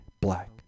Black